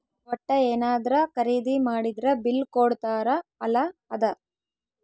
ವಟ್ಟ ಯೆನದ್ರ ಖರೀದಿ ಮಾಡಿದ್ರ ಬಿಲ್ ಕೋಡ್ತಾರ ಅಲ ಅದ